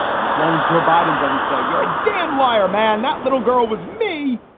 and as long as joe biden doesn't say you're a damn liar, man, that little girl was me.